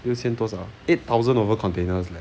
六千多少 eight thousand over containers leh